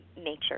Nature